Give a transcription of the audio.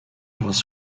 was